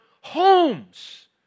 homes